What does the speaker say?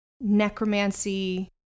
necromancy